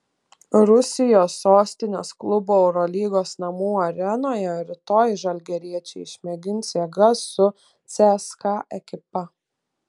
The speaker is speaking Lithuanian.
rusijos sostinės klubo eurolygos namų arenoje rytoj žalgiriečiai išmėgins jėgas su cska ekipa